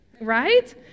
right